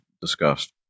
discussed